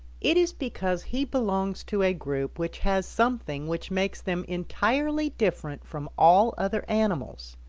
it is because he belongs to a group which has something which makes them entirely different from all other animals,